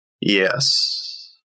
Yes